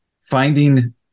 finding